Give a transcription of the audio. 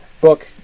book